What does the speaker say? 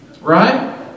Right